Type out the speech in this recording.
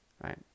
Right